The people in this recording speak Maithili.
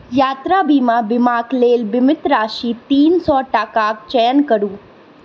यात्रा बीमा बीमाके लेल बीमित राशि तीन सए टाकाके चयन करु